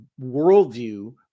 worldview